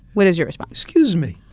what is your response? excuse me,